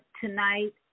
tonight